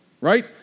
right